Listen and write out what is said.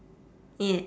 yeah